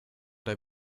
der